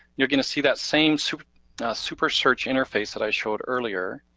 you're gonna see that same super super search interface that i showed earlier,